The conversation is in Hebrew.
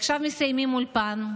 עכשיו מסיימים אולפן,